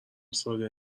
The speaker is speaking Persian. ساده